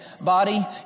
Body